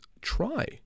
try